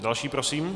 Další prosím.